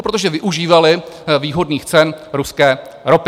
Protože využívaly výhodných cen ruské ropy.